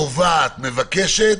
קובעת ומבקשת,